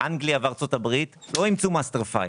שאנגליה וארצות הברית לא אימצו master file.